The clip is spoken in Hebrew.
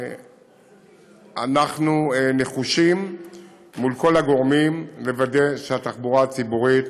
ואנחנו נחושים מול כל הגורמים לוודא שהתחבורה הציבורית